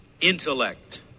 intellect